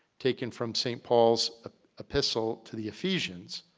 taken from st. paul's ah epistle to the ephesians,